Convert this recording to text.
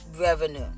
revenue